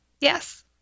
yes